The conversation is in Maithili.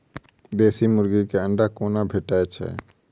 देसी मुर्गी केँ अंडा कोना भेटय छै?